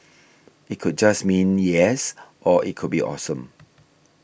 it could just mean yes or it could be awesome